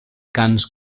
cants